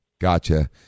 Gotcha